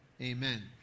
amen